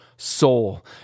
soul